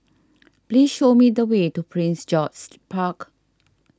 please show me the way to Prince George's Park